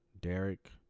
Derek